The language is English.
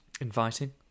inviting